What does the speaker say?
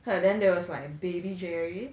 and then there was like a baby jerry